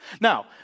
Now